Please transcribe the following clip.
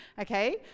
okay